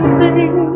sing